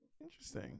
Interesting